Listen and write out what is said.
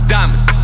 Diamonds